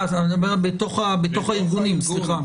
אתה מדבר בתוך הארגונים, סליחה.